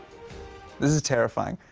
this is terrifying.